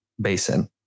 basin